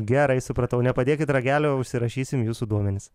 gerai supratau nepadėkit ragelio užsirašysim jūsų duomenis